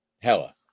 Hella